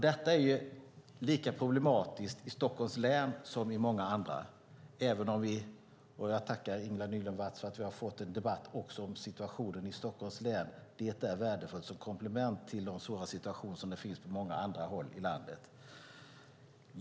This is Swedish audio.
Detta är lika problematiskt i Stockholms län som i många andra län. Jag tackar Ingela Nylund Watz för att vi också har fått en debatt om situationen i Stockholms län. Det är värdefullt som komplement till de svåra situationer som finns på många andra håll i landet.